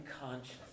conscious